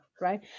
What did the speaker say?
Right